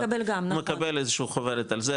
מקבל איזשהו חוברת על זה,